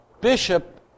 bishop